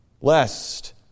lest